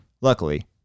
Luckily